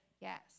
Yes